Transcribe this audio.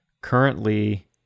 Currently